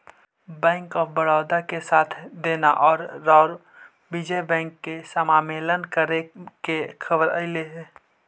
bank of Baroda के साथ देना औउर विजय बैंक के समामेलन करे के खबर अले हई